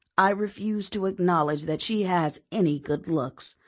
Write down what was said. i refuse to acknowledge that she has any good looks.